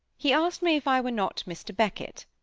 he asked me if i were not mr. beckett?